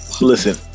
Listen